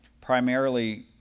primarily